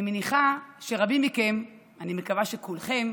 אני מניחה שרבים מכם, אני מקווה שכולכם,